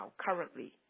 currently